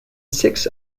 six